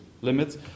limits